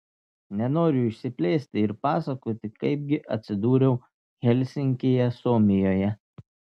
nenoriu išsiplėsti ir pasakoti kaip gi atsidūriau helsinkyje suomijoje